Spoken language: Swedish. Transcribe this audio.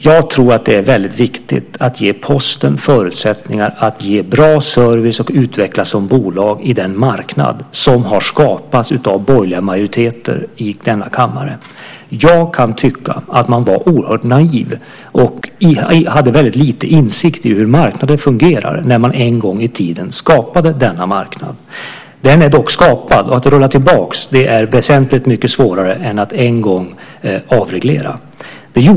Jag tror att det är väldigt viktigt att ge Posten förutsättningar att ge bra service och utvecklas som bolag på den marknad som har skapats av borgerliga majoriteter i denna kammare. Jag kan tycka att man var oerhört naiv och hade väldigt lite insikt om hur marknaden fungerar när man en gång i tiden skapade denna marknad. Den är dock skapad, och att rulla tillbaka den är väsentligt mycket svårare än det var att en gång avreglera den.